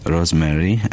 Rosemary